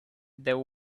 there